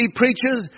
preachers